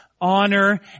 honor